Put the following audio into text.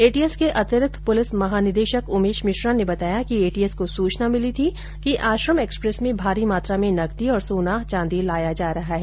ATS के अतिरिक्त police महानिदेशक उमेश मिश्रा ने बताया कि एटीएस को सूचना मिली थी कि आश्रम एक्सप्रेस में भारी मात्रा में नकदी और सोना चांदी लाया जा रहा है